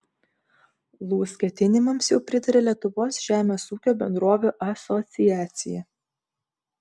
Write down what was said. lūs ketinimams jau pritarė lietuvos žemės ūkio bendrovių asociacija